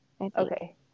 Okay